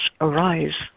arise